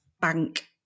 bank